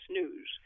news